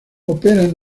operan